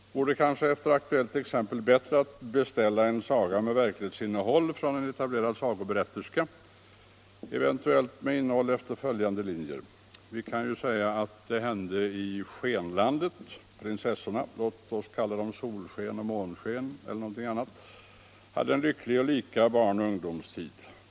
Det vore kanske, efter aktuellt exempel, bättre att beställa en saga med verklighetsinnehåll från en etablerad sagoberätterska, eventuellt med innehåll efter följande linjer: Vi kan säga att det hände i Skenlandet. Prinsessorna — låt oss kalla dem Solsken och Månsken — hade lycklig och lika barn och ungdomstid.